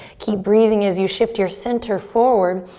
keep breathing as you shift your center forward.